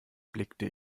blickte